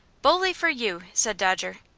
bully for you! said dodger.